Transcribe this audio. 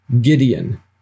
Gideon